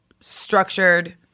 structured